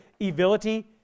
evility